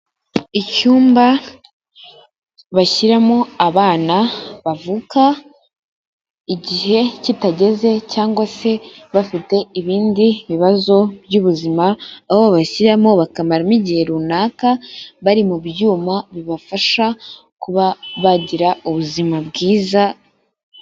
Icyumba bashyiramo abana bavuka igihe kitageze cyangwa se bafite ibindi bibazo by'ubuzima, aho babashyiramo bakamaramo igihe runaka bari mu byuma bibafasha kuba bagira ubuzima bwiza.